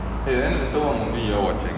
eh then later what movie you all watching